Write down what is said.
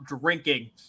drinking